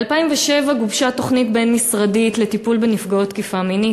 ב-2007 גובשה תוכנית בין-משרדית לטיפול בנפגעות תקיפה מינית.